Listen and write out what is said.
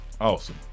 Awesome